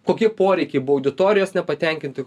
kokie poreikiai buvo auditorijos nepatenkinti